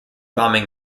bombing